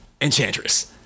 Enchantress